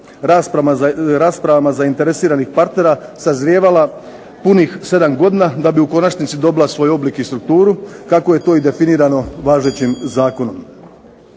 raspravama zainteresiranih partnera sazrijevala punih 7 godina, da bi u konačnici dobila svoj oblik i strukturu kako je to definirano važećim Zakonom.